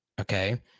okay